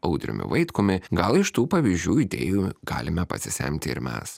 audriumi vaitkumi gal iš tų pavyzdžių idėjų galime pasisemti ir mes